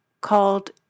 called